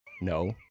No